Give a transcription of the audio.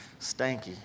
stanky